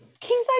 kingside